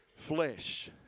Flesh